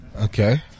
okay